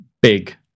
big